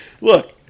Look